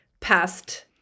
past